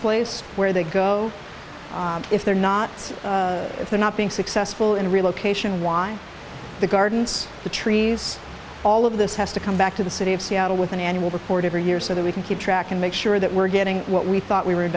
displaced where they go if they're not if they're being successful in relocation why the gardens the trees all of this has to come back to the city of seattle with an annual report every year so that we can keep track and make sure that we're getting what we thought we were